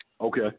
Okay